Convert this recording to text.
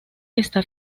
está